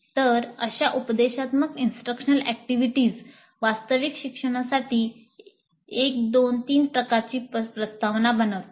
तर अशा उपदेशात्मक इंस्ट्रकशनल ऍक्टिव्हिटीज वास्तविक शिक्षणासाठी 123 प्रकारची प्रस्तावना बनवतात